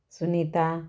Sunita